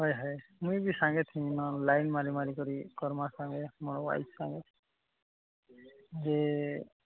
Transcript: ହଏ ହଏ ମୁଇଁ ବି ସାଙ୍ଗେଥିମି ଆଉ ଲାଇନ୍ ମାରି ମାାରିକରି କର୍ମା ସାଙ୍ଗେ ମୋର ୱାଇଫ୍ ସାଙ୍ଗେ ଯେ